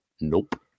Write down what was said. nope